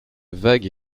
vague